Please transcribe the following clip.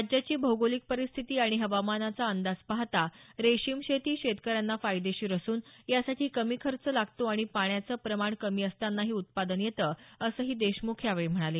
राज्याची भौगोलिक परिस्थिती आणि हवामानाचा अंदाज पहाता रेशीम शेती ही शेतकऱ्यांना फायदेशीर असून यासाठी कमी खर्च लागतो आणि पाण्याचं प्रमाण कमी असतानाही उत्पादन येतं असंही देशमुख यावेळी म्हणाले